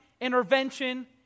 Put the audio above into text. intervention